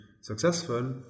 successful